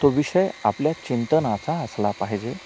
तो विषय आपल्या चिंंतनाचा असला पाहिजे